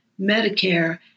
Medicare